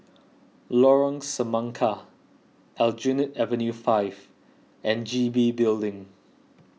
Lorong Semangka Aljunied Avenue five and G B Building